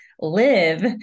live